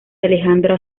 alejandra